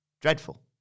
dreadful